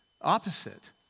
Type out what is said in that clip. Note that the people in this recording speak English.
opposite